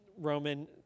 Roman